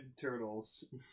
Turtles